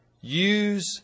use